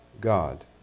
God